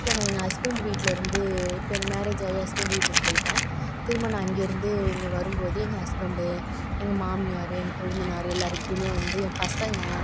இப்போ நான் எங்கள் ஹஸ்பண்டு வீட்டில் இருந்து இப்போ எனக்கு மேரேஜ் ஆயி ஹஸ்பண்டு வீட்டுக்கு போயிவிட்டேன் திரும்ப நான் அங்கேருந்து இங்கே வரும்போது எங்கள் ஹஸ்பண்டு எங்கள் மாமியார் என் கொழுந்தனார் எல்லாருக்கிட்டையுமே வந்து என் பசங்க